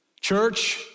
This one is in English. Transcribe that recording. church